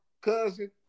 cousin